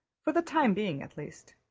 for the time being at least,